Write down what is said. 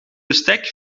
bestek